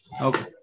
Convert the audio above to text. Okay